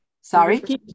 Sorry